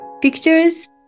pictures